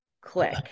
Click